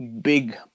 big